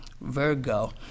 Virgo